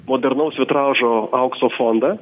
modernaus vitražo aukso fondą